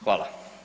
Hvala.